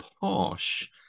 posh